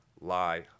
lie